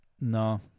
no